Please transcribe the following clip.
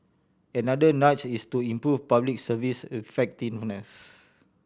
another nudge is to improve Public Service effectiveness